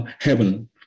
heaven